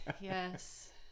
Yes